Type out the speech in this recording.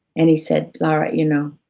and he said, laura, you know,